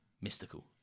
mystical